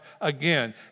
again